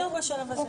זהו בשלב הזה.